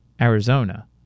Arizona